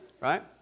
Right